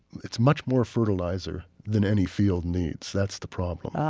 it's much more fertilizer than any field needs. that's the problem. ah